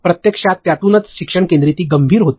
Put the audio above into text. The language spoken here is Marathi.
प्रत्यक्षात त्यातूनच शिक्षण केंद्रीती गंभीर होते